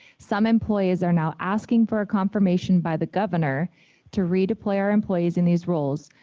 some employees are now asking for a confirmation by the governor to redeploy our employees in these roles.